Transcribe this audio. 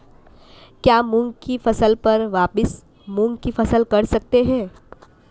क्या मूंग की फसल पर वापिस मूंग की फसल कर सकते हैं?